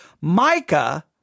Micah